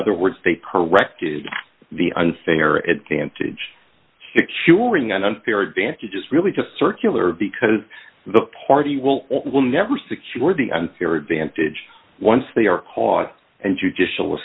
other words they corrected the unfair advantage securing an unfair advantage is really just circular because the party will will never secure the unfair advantage once they are caught and judicial